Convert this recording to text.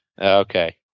Okay